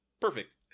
Perfect